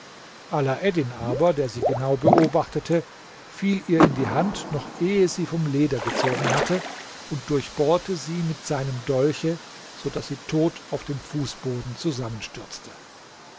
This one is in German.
alaeddin aber der sie genau beobachtete fiel ihr in die hand noch ehe sie vom leder gezogen hatte und durchbohrte sie mit seinem dolche so daß sie tot auf dem fußboden zusammenstürzte